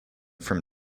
from